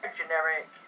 generic